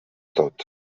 tot